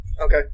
okay